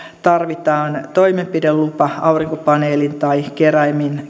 tarvitaan toimenpidelupa aurinkopaneelin tai keräimen